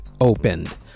opened